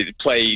play